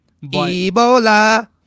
Ebola